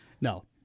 No